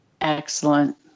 Excellent